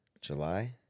July